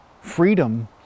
freedom